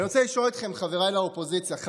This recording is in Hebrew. אני רוצה לשאול אתכם, חברי האופוזיציה: